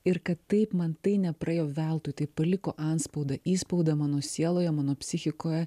ir kad taip man tai nepraėjo veltui tai paliko antspaudą įspaudą mano sieloje mano psichikoje